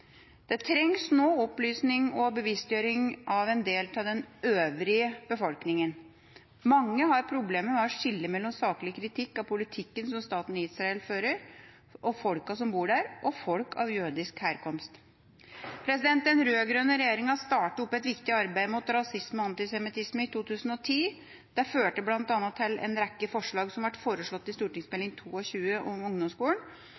Det trengs nok også opplysning og bevisstgjøring av en del av den øvrige befolkninga. Mange har problemer med å skille mellom saklig kritikk av politikken staten Israel fører, folkene som bor der, og folk av jødisk herkomst. Den rød-grønne regjeringa startet opp et viktig arbeid mot rasisme og antisemittisme i 2010. Det førte til at en rekke forslag ble foreslått i Meld. St. 22 for 2010–2011 om ungdomsskolen.